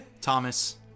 Thomas